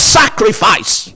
sacrifice